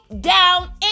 down